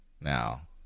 Now